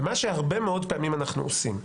ומה שהרבה מאוד פעמים אנחנו עושים,